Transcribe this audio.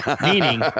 Meaning